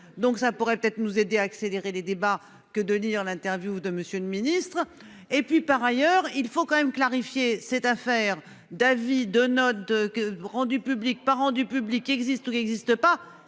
Donc ça pourrait peut-être nous aider à accélérer les débats que de lire l'interview de Monsieur le Ministre. Et puis par ailleurs il faut quand même clarifier cette affaire Davy de notre que rendu public pas rendu public existe, il existe pas,